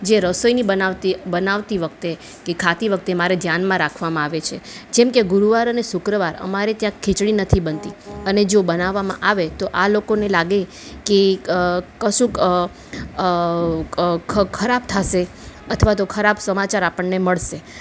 જે રસોઈની બનાવતી બનાવતી વખતે કે ખાતી વખતે મારે ધ્યાનમાં રાખવામાં આવે છે જેમ કે ગુરુવાર અને શુક્રવાર અમારી ત્યાં ખીચડી નથી બનતી અને જો બનાવવામાં આવે તો આ લોકોને લાગે કે કશુંક ખરાબ થશે અથવા તો ખરાબ સમાચાર આપણને મળશે